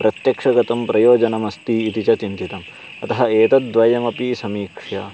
प्रत्यक्षगतं प्रयोजनमस्ति इति च चिन्तितम् अतः एतद्वयमपि समीक्ष्य